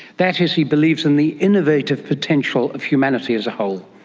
that is, he believes in the innovative potential of humanity as a whole.